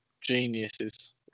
geniuses